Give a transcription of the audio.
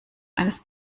eines